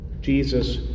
Jesus